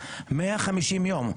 150 יום.